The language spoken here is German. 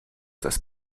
das